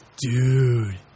Dude